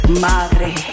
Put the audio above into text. Madre